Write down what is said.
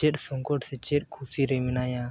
ᱪᱮᱫ ᱥᱚᱝᱠᱚᱴ ᱥᱮ ᱪᱮᱫ ᱠᱷᱩᱥᱤᱨᱮ ᱢᱮᱱᱟᱭᱟ